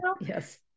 Yes